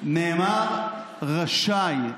נאמר "רשאי".